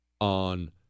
on